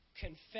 confess